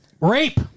Rape